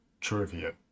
trivia